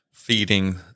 Feeding